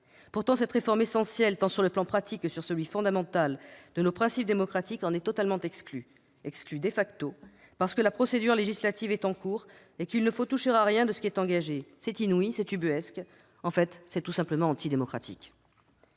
Pourtant, cette réforme essentielle tant sur le plan pratique que sur le plan fondamental de nos principes démocratiques en est exclue ! Exclue parce que la procédure législative est en cours et qu'il ne faut toucher à rien de ce qui est engagé. C'est inouï, c'est ubuesque : c'est tout simplement antidémocratique